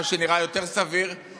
מה שנראה יותר סביר,